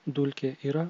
dulkė yra